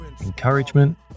Encouragement